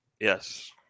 Yes